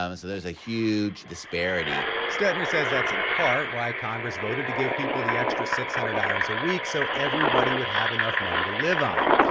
um so there's a huge disparity stettner says that's in part why congress voted to give people the extra six hundred dollars a week so everybody would have enough money to live on.